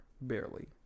barely